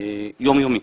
יומיומיים